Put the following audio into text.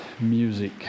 music